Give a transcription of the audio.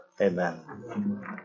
Amen